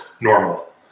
normal